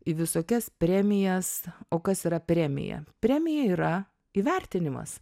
į visokias premijas o kas yra premija premija yra įvertinimas